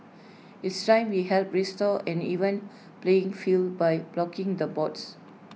it's time we help restore an even playing field by blocking the bots